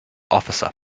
officer